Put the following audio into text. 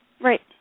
Right